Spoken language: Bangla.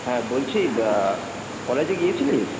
হ্যাঁ বলছি কলেজে গিয়েছিলিস